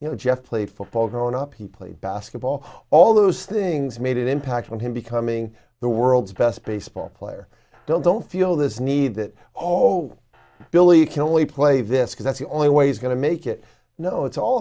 you know jeff played football growing up he played basketball all those things made it impact on him becoming the world's best baseball player still don't feel this need that oh billy can only play this because that's the only way it's going to make it no it's all